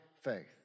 faith